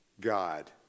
God